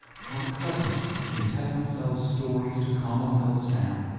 for our cleverness in telling ourselves stories to calm ourselves down,